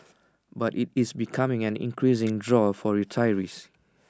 but IT is becoming an increasing draw for retirees